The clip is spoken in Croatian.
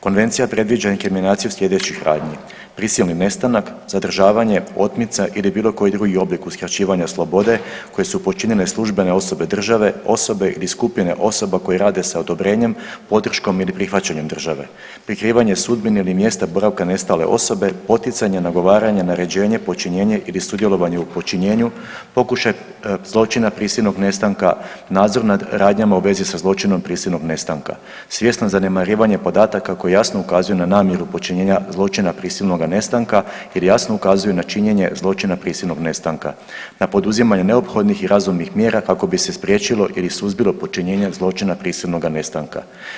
Konvencija predviđa inkriminaciju sljedećih radnji: prisilni nestanak, zadržavanje, otmica ili bilo koji drugi oblik uskraćivanja slobode koji su počinile službene osobe države, osobe ili skupine osoba koje rade sa odobrenjem, podrškom ili prihvaćanjem države, prikrivanje sudbine ili mjesta boravka nestale osobe, poticanja, nagovaranja, naređenje, počinjenje ili sudjelovanje u počinjenju, pokušaj zločina prisilnog nestanka, nadzor nad radnjama u vezi sa zločinom prisilnog nestanka, svjesno zanemarivanje podataka koji jasno ukazuju na namjeru počinjenja zločina prisilnoga nestanka jer jasno ukazuju na činjenje zločina prisilnog nestanka, na poduzimanje neophodnih i razumnih mjera kako bi se spriječilo ili suzbilo počinjenje zločina prisilnoga nestanka.